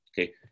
Okay